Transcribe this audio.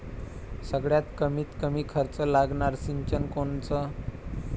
सगळ्यात कमीत कमी खर्च लागनारं सिंचन कोनचं?